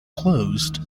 closed